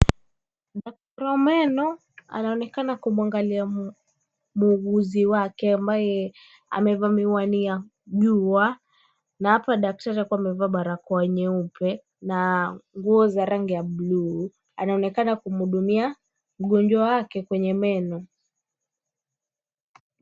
Daktari wa meno anaonekana kumwangalia muuguzi wake ambaye amevaa miwani ya jua na hapa daktari alikuwa amevaa barakoa nyeupe na nguo za rangi ya blue . Anaonekana akimhudumia mgonjwa wake kwenye meno.